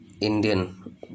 Indian